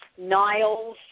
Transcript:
Niles